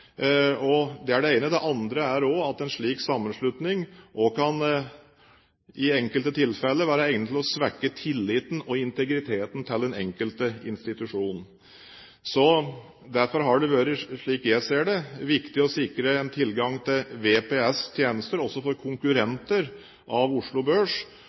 Det er det ene. Det andre er at en slik sammenslutning også i enkelte tilfeller kan være egnet til å svekke tilliten og integriteten til den enkelte institusjon. Derfor har det vært, slik jeg ser det, viktig å sikre en tilgang til VPS-tjenester også for konkurrenter av Oslo Børs